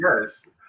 Yes